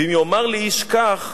ואם יאמר לי איש כך,